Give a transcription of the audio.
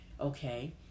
Okay